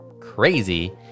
crazy